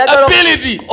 ability